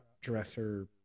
Dresser